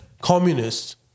communists